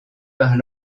par